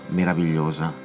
meravigliosa